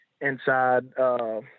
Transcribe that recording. inside –